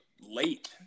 late